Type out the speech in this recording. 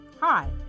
hi